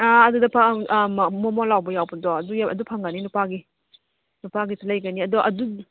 ꯑꯥ ꯑꯗꯨꯗ ꯑꯥ ꯃꯣꯟ ꯃꯣꯟ ꯂꯥꯎꯕ ꯌꯥꯎꯕꯗꯣ ꯑꯗꯨ ꯐꯪꯒꯅꯤ ꯅꯨꯄꯥꯒꯤ ꯅꯨꯄꯥꯒꯤꯁꯨ ꯂꯩꯒꯅꯤ ꯑꯗꯣ ꯑꯗꯨ